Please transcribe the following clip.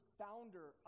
founder